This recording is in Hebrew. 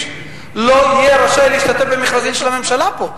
לא תהיה רשאית להשתתף במכרזים של הממשלה פה,